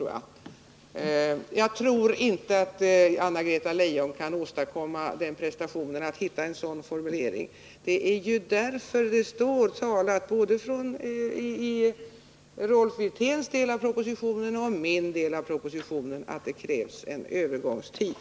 — sjutton i. Jag tror inte att Anna-Greta Leijon kan klara prestationen att hitta en sådan formulering. Det är mot denna bakgrund som det, både i Rolf Wirténs del av propositionen och i min del, står talat om att det krävs en övergångstid.